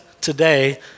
today